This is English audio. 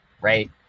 right